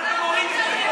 מה אתם אומרים שזה,